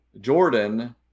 Jordan